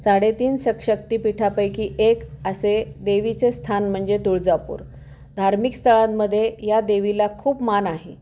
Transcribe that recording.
साडेतीन स शक्तीपिठापैकी एक असे देवीचे स्थान म्हणजे तुळजापूर धार्मिक स्थळांमध्ये या देवीला खूप मान आहे